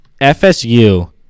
FSU